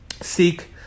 seek